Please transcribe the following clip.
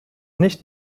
nicht